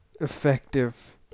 Effective